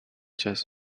just